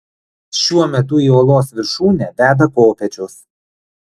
šiuo metu į uolos viršūnę veda kopėčios